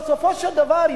בסופו של דבר,